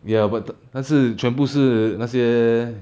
ya but 但是全部是那些